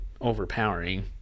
overpowering